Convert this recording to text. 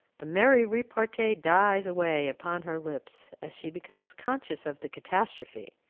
the merry repartee dies away upon her lips, as she becomes conscious of the catastrophe.